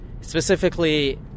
specifically